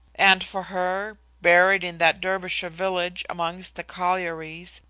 and for her, buried in that derbyshire village amongst the collieries,